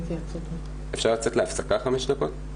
אפשר לצאת להפסקה חמש דקות?